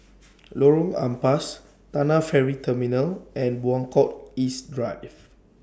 Lorong Ampas Tanah Ferry Terminal and Buangkok East Drive